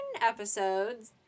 episodes